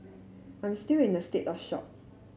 I'm still in a state of shock